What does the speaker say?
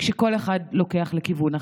כשכל אחד לוקח לכיוון אחר.